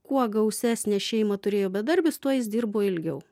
kuo gausesnę šeimą turėjo bedarbis tuo jis dirbo ilgiau